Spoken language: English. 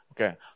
Okay